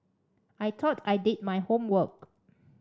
I thought I did my homework